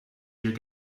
your